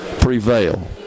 prevail